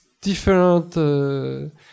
different